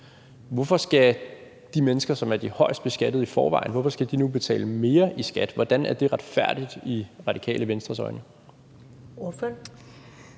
Hvorfor skal de mennesker, der i forvejen er de højst beskattede, nu betale mere i skat? Hvordan er det retfærdigt i Radikale Venstres øjne?